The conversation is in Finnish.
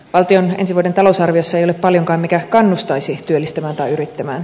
valtion ensi vuoden talousarviossa ei ole paljonkaan mikä kannustaisi työllistämään tai yrittämään